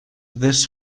this